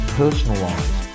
personalized